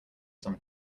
some